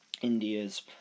india's